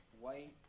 white